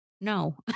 No